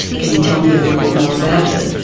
can you tell me little bit more about it.